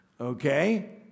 Okay